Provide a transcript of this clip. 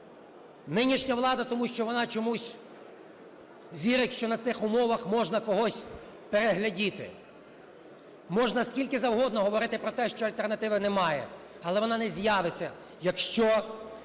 Нинішня влада тому, що вона чомусь вірить, що на цих умовах можна когось переглядіти. Можна скільки завгодно говорити про те, що альтернативи немає. Але вона не з'явиться, якщо